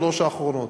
שלוש האחרונות.